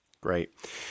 Great